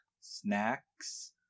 Snacks